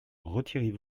retirez